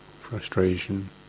frustration